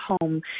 home